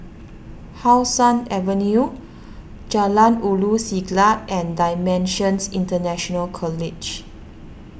How Sun Avenue Jalan Ulu Siglap and Dimensions International College